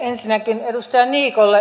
ensinnäkin edustaja niikolle